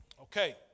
Okay